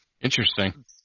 Interesting